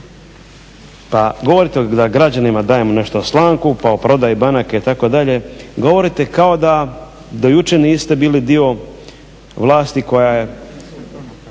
Govorite da građanima dajemo nešto na slamku pa o prodaji banaka itd., govorite kao da do jučer niste bili dio vlasti koja je